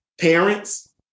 parents